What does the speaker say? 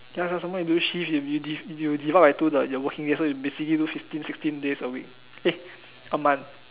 ya sia some more you do shift you div~ you divide by two the your working days so you basically do fifteen sixteen days a week eh a month